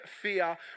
fear